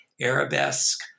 arabesque